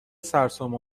سرسام